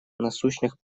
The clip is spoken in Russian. насущных